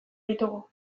ditugu